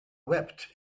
wept